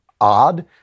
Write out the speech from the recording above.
odd